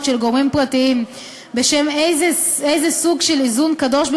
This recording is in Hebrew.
של גורמים פרטיים בשם איזה סוג של "איזון קדוש",